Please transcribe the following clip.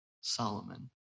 Solomon